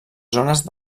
zones